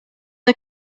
the